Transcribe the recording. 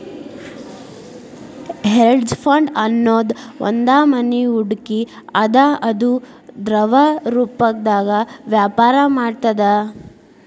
hedge fund ಅನ್ನೊದ್ ಒಂದ್ನಮನಿ ಹೂಡ್ಕಿ ಅದ ಅದು ದ್ರವರೂಪ್ದಾಗ ವ್ಯಾಪರ ಮಾಡ್ತದ